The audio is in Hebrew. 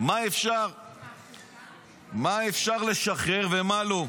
מה אפשר לשחרר ומה לא.